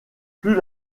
plus